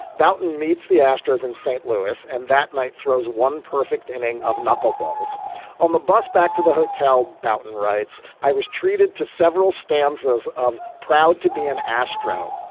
bouton meets the astros in st. lewis. and that night throws one perfect inning of knuckleballs on the bus back to the hotel. bouton writes, i was treated to several stanzas of proud to be an astro.